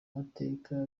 mateka